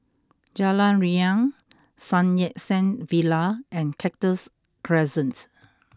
Jalan Riang Sun Yat Sen Villa and Cactus Crescent